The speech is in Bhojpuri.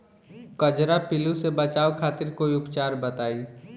कजरा पिल्लू से बचाव खातिर कोई उपचार बताई?